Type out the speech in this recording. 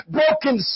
broken